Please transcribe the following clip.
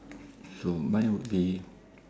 so mine would be